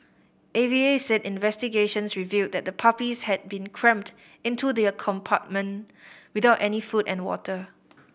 A V A said investigations revealed that the puppies had been crammed into the a compartment without any food or water